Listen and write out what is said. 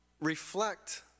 reflect